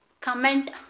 comment